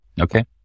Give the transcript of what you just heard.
okay